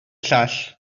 llall